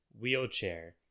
wheelchair